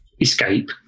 escape